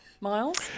Miles